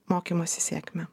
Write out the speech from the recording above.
mokymosi sėkmę